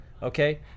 Okay